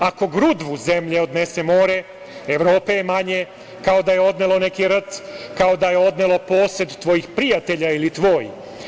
Ako grudvu zemlje odnesemo more, Evrope je manje kao da je odnelo neki rt, kao da je odnelo posed tvojih prijatelja ili tvoj.